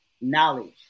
knowledge